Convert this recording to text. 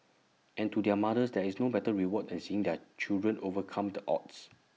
and to their mothers there is no better reward than seeing their children overcome the odds